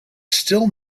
still